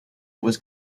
was